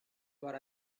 what